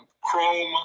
chrome